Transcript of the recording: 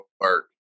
work